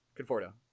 Conforto